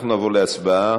נעבור להצבעה.